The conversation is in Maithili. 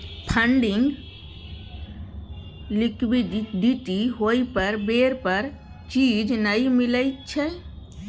फंडिंग लिक्विडिटी होइ पर बेर पर चीज नइ मिलइ छइ